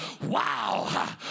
wow